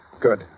good